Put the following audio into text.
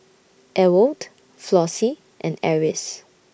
Ewald Flossie and Eris